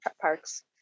parks